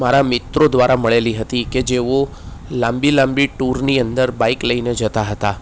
મારા મિત્રો દ્વારા મળેલી હતી કે જેઓ લાંબી લાંબી ટૂરની અંદર બાઈક લઈને જતા હતા